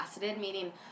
meaning